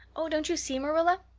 oh, don't you see, marilla?